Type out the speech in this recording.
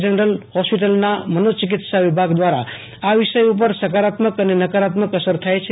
general હોસ્પિટલના મનોચિકિત્સા વિભાગ દ્રારા આ વિષય ઉપર સકારાત્મક અને નકારાત્મક અસર થાય છે